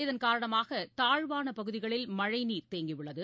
இதன்காரணமாகதாம்வானபகுதிகளில் மழைநீர் தேங்கியுள்ளது